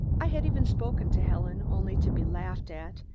i had even spoken to helen, only to be laughed at,